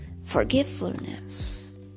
forgiveness